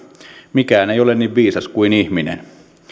mikään ei ole niin viisas kuin ihminen